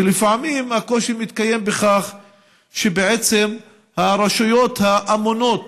ולפעמים הקושי מתקיים בכך שהרשויות האמונות